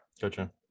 gotcha